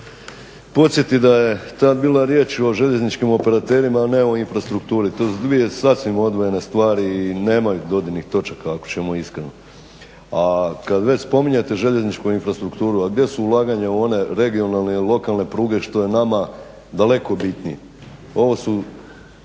podsjetiti da je tada bilo riječ o željezničkim operaterima, a ne o infrastrukturi. To su dvije sasvim odvojene stvari i nemaju dodirnih točaka ako ćemo iskreno. A kada već spominjete željezničku infrastrukturu, a gdje su ulaganja u one regionalne i lokalne pruge što je nama daleko bitnije. Ovo su